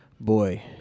Boy